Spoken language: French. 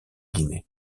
guinée